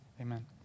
Amen